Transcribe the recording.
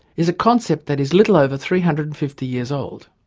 is a concept that is little over three hundred and fifty years old.